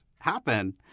happen